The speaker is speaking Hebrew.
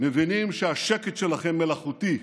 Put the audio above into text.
מבינים שהשקט שלכם מלאכותי,